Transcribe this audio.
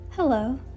Hello